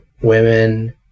women